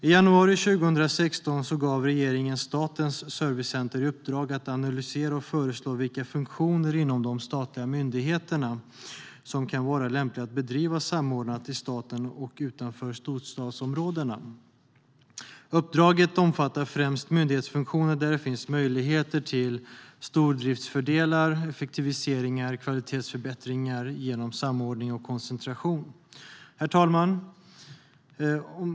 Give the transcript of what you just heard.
I januari 2016 gav regeringen Statens servicecenter i uppdrag att analysera och föreslå vilka funktioner inom de statliga myndigheterna som kan vara lämpliga att bedriva samordnat i staten och utanför storstadsområdena. Uppdraget omfattar främst myndighetsfunktioner där det finns möjligheter till stordriftsfördelar, effektiviseringar och kvalitetsförbättringar genom samordning och koncentration. Herr talman!